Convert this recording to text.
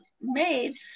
made